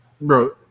Bro